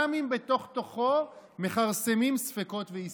גם אם בתוך-תוכו מכרסמים ספקות והיסוסים.